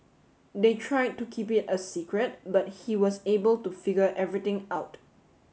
they tried to keep it a secret but he was able to figure everything out